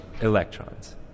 electrons